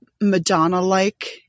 Madonna-like